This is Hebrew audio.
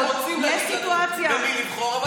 אני יודע שאתם רוצים להגיד לנו במי לבחור,